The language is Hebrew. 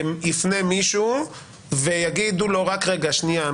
יפנה מישהו ויגיד לו רק רגע שנייה,